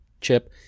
chip